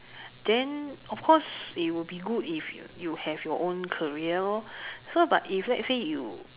then of course it will be good if you have your own career lor so but if let's say you